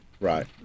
Right